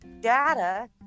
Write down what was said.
data